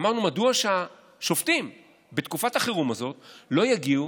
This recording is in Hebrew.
אמרנו: מדוע שהשופטים בתקופת החירום הזאת לא יגיעו